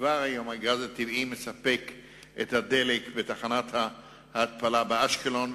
כבר היום הגז הטבעי מספק את הדלק בתחנת ההתפלה באשקלון,